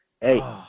hey